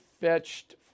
fetched